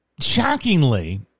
shockingly